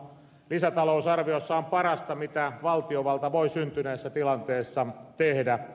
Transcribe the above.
lisätalousarvio on parasta mitä valtiovalta voi syntyneessä tilanteessa tehdä